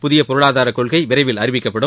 புதிய பொருளாதார கொள்கை விரைவில் அறிவிக்கப்படும்